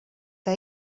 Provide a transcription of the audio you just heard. que